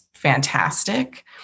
fantastic